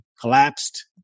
collapsed